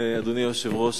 אדוני היושב-ראש,